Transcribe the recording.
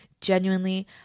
genuinely